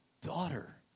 daughter